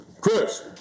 Chris